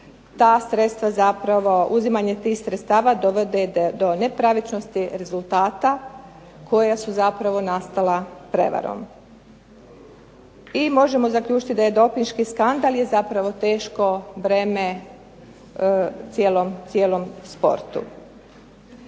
s druge strane uzimanje tih sredstava dovodi do ne pravičnosti rezultata, koja su zapravo nastala prevarom. I možemo zaključiti da je dopinški skandal je teško breme cijelom sportu.